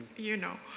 you know.